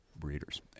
Breeders